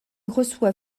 reçoit